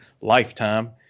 lifetime